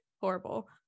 Horrible